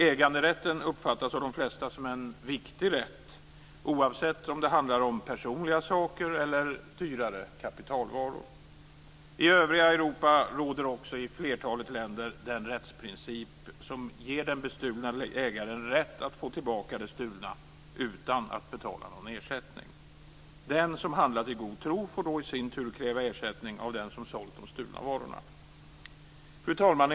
Äganderätten uppfattas av de flesta som en viktig rätt, oavsett om det handlar om personliga saker eller om det handlar om dyrare kapitalvaror. Också i flertalet länder i övriga Europa råder den rättsprincip som ger den bestulne ägaren rätt att få tillbaka det stulna, utan att betala någon ersättning. Den som handlade i god tro får i sin tur kräva ersättning av den som sålt de stulna varorna. Fru talman!